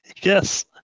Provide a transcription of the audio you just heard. Yes